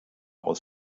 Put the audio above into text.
aus